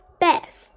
best